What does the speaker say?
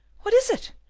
what is it?